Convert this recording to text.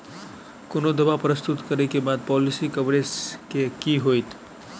कोनो दावा प्रस्तुत करै केँ बाद पॉलिसी कवरेज केँ की होइत?